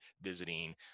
visiting